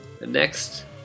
Next